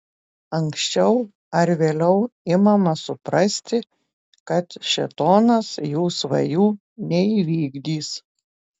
anksčiau ar vėliau imama suprasti kad šėtonas jų svajų neįvykdys